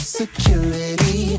security